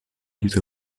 diese